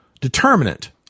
determinant